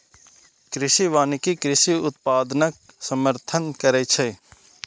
कृषि वानिकी कृषि उत्पादनक समर्थन करै छै